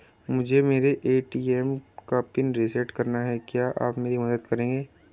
मुझे मेरे ए.टी.एम का पिन रीसेट कराना है क्या आप मेरी मदद करेंगे?